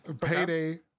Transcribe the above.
Payday